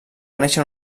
néixer